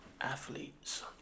athletes